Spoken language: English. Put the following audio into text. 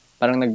parang